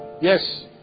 Yes